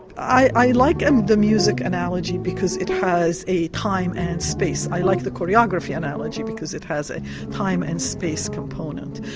i like and the music analogy because it has a time and space. i like the choreography analogy because it has a time and space component,